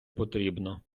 потрібно